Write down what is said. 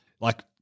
like-